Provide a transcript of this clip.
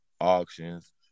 auctions